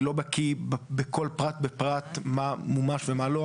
אני לא בקיא בכל פרט ופרט מה מומש ומה לא,